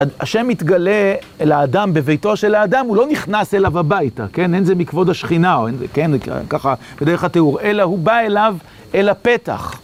השם מתגלה אל האדם בביתו של האדם, הוא לא נכנס אליו הביתה, כן? אין זה מכבוד השכינה או אין זה, כן, ככה בדרך התיאור, אלא הוא בא אליו אל הפתח.